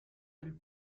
del